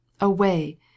Away